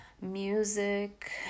music